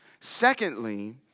Secondly